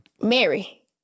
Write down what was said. Mary